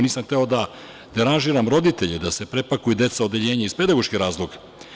Nisam hteo da deranžiram roditelje da se prepakuju deca, odeljenja iz pedagoških razloga.